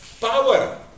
power